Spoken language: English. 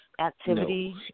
Activity